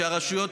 שהרשויות,